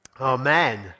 Amen